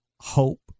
Hope